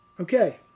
Okay